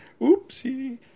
Oopsie